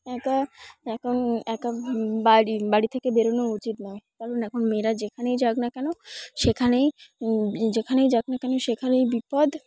একা এখন একা বাড়ি বাড়ি থেকে বেরোনো উচিত নয় কারণ এখন মেয়েরা যেখানেই যাক না কেন সেখানেই যেখানেই যাক না কেন সেখানেই বিপদ